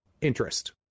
interest